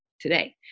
today